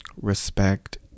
respect